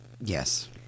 Yes